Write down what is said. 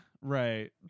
right